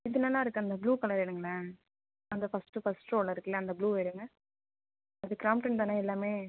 இது நல்லாருக்கு அந்த ப்ளூ கலர் எடுங்களேன் அந்த ஃபர்ஸ்ட்டு ஃபர்ஸ்ட்டு ரோவில இருக்குல அந்த ப்ளூ எடுங்க அது கிராம்ப்டன் தான எல்லாமே